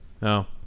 No